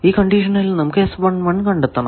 ഈ കണ്ടിഷനിൽ നമുക്ക് കണ്ടെത്തണം